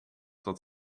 dat